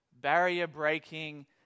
barrier-breaking